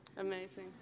Amazing